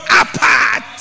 apart